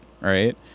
right